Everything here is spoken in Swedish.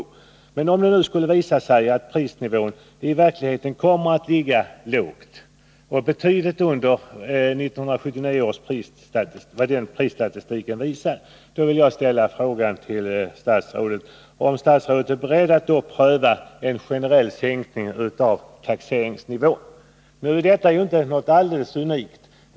Jag skulle vilja fråga statsrådet följande: Om det skulle visa sig att prisnivån i verkligheten kommit att ligga lågt, betydligt under den nivå som 1979 års prisstatistik utvisar, är statsrådet i så fall beredd att pröva en generell sänkning av taxeringsnivån? Detta skulle inte vara något unikt.